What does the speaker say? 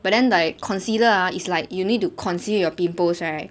but then like concealer ah is like you need to conceal your pimples right